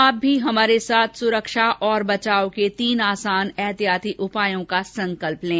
आप भी हमारे साथ सुरक्षा और बचाव के तीन आसान एहतियाती उपायों का संकल्प लें